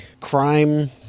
crime